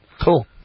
Cool